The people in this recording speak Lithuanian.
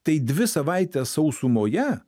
tai dvi savaites sausumoje